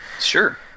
Sure